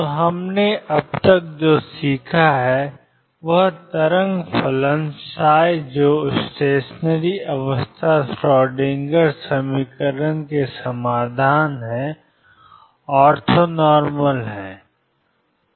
तो हमने अब तक जो सीखा है वह तरंग फलन जो स्टेशनरी अवस्था श्रोडिंगर समीकरण के समाधान हैं ऑर्थोनॉर्मल हैं